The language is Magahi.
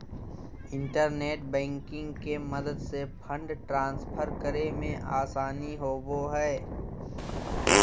इंटरनेट बैंकिंग के मदद से फंड ट्रांसफर करे मे आसानी होवो हय